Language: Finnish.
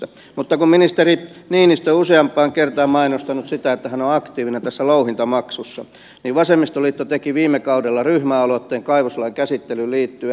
mutta kun ministeri niinistö useampaan kertaan on mainostanut sitä että hän on aktiivinen tässä louhintamaksussa niin vasemmistoliitto teki viime kaudella ryhmäaloitteen kaivoslain käsittelyyn liittyen